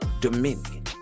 dominion